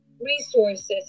resources